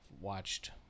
watched